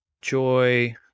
joy